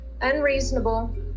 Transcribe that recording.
unreasonable